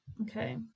Okay